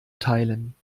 teilen